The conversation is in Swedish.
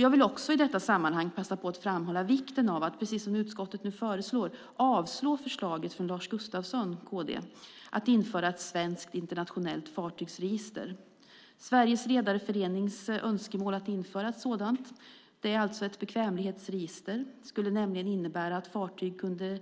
Jag vill också i detta sammanhang passa på att framhålla vikten av att, precis som utskottet föreslår, avslå förslaget från Lars Gustafsson, KD, att införa ett svenskt internationellt fartygsregister. Sveriges Redareförenings önskemål att införa ett sådant register, ett bekvämlighetsregister, skulle nämligen innebära att fartyg kan